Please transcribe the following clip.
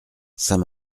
saint